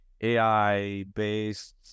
AI-based